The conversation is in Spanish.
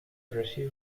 recibe